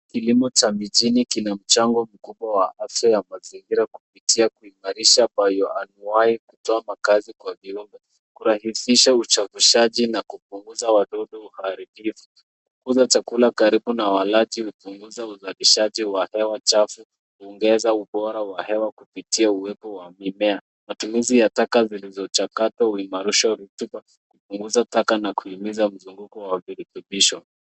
Kilimo cha mijini kina mchango mkubwa wa afya ya mazingira kupitia kuhimarisha aini uhai, kutoa makazi kwa viumbe, kurahisisha usafisaji na kupunguza wadudu waharibifu. Kukuza chakula karibu na walaji hupunguza udhabishaji wa hewa chafu, huongeza ubora wa hewa kupitia uwepo wa mimea. Matumizi ya taka zilizochakatwa huhimarisha rutuba, kupunguza taka na kuhimiza mzunguko wa virutubisho.